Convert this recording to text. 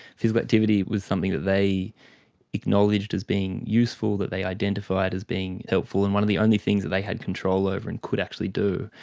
physical activity was something that they acknowledged as being useful, that they identified as being helpful, and one of the only things that they had control over and could actually do.